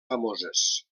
famoses